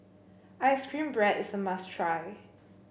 ice cream bread is a must try